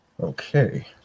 Okay